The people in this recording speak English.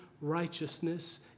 righteousness